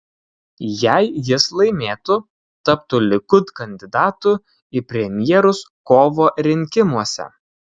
jei jis laimėtų taptų likud kandidatu į premjerus kovo rinkimuose